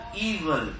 evil